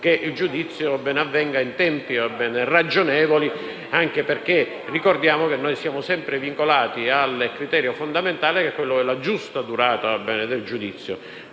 che il giudizio avvenga in tempi ragionevoli, anche perché ricordiamo che siamo sempre vincolati al criterio fondamentale che è quello della giusta durata del giudizio.